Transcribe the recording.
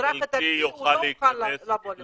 יוכל לבוא לפה.